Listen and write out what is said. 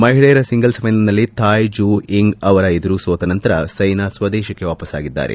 ಮಹಿಳೆಯರ ಸಿಂಗಲ್ಸ್ ಫೈನಲ್ನಲ್ಲಿ Tai Tzu Ying ಅವರ ಎದುರು ಸೋತ ನಂತರ ಸೈನಾ ಸ್ವದೇಶಕ್ಕೆ ವಾಪಸ್ಸಾಗಿದ್ದಾರೆ